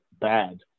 bad